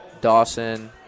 Dawson